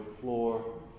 floor